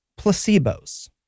placebos